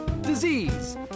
disease